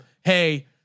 Hey